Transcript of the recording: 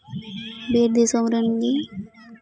ᱵᱤᱨ ᱫᱤᱥᱚᱢ ᱨᱮᱱ ᱜᱮ